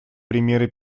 примеры